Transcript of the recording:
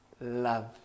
love